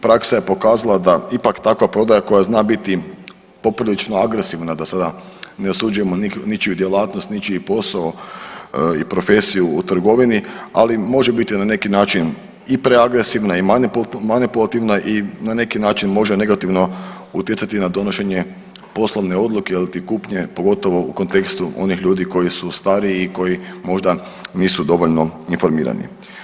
Praksa je pokazala da ipak takva prodaja koja zna biti poprilično agresivna da sada ne osuđujemo ničiju djelatnost, ničiji posao i profesiju u trgovini ali može biti na neki način i preagresivna i manipulativna i na neki način može negativno utjecati na donošenje poslovne odluke iliti kupnje pogotovo u kontekstu onih ljudi koji su stariji i koji možda nisu dovoljno informirani.